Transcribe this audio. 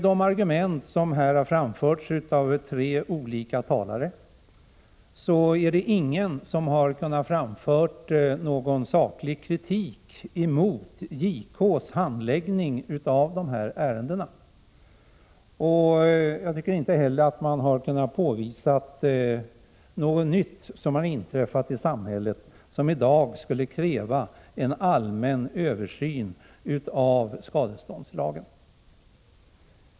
De tre föregående talarna har inte kunnat framföra någon saklig kritik mot JK:s handläggning av dessa ärenden. Jag tycker inte heller att man har kunnat påvisa att något nytt har inträffat i samhället som i dag skulle kräva en allmän översyn av skadeståndslagen.